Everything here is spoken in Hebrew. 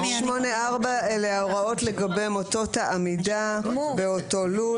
(8)(4) אלה ההוראות לגבי מוטות העמידה באותו לול.